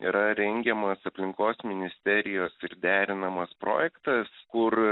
yra rengiamas aplinkos ministerijos ir derinamas projektas kur